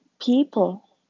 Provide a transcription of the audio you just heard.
people